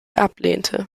ablehnte